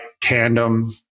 tandem